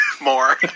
more